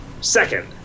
Second